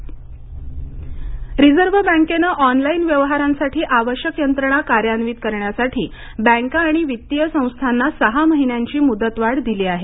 reserve bank reserve बँकेनं online व्यवहारांसाठी आवश्यक यंत्रणा कार्यान्वित करण्यासाठी बँका आणि वित्तीय संस्थांना सहा महिन्यांची मुदतवाढ दिली आहे